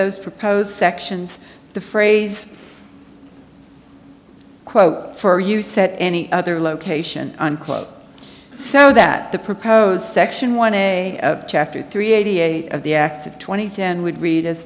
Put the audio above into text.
those proposed sections the phrase quote for you said any other location unquote so that the proposed section one a chapter three eighty eight of the acts of twenty ten would read as